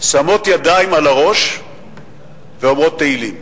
שמות ידיים על הראש ואומרות תהילים.